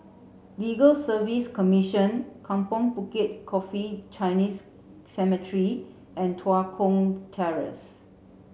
Legal Service Commission Kampong Bukit Coffee Chinese Cemetery and Tua Kong Terrace